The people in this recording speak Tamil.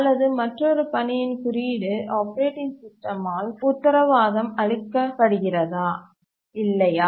அல்லது மற்றொரு பணியின் குறியீடு ஆப்பரேட்டிங் சிஸ்டமால் உத்தரவாதம் அளிக்கப்படுகிறதா இல்லையா